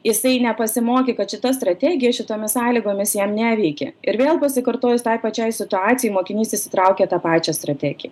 jisai nepasimokė kad šita strategija šitomis sąlygomis jam neveikia ir vėl pasikartojus tai pačiai situacijai mokinys išsitraukė tą pačią strategiją